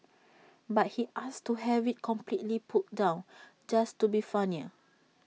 but he asked to have IT completely pulled down just to be funnier